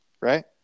right